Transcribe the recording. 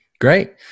Great